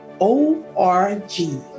O-R-G